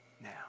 now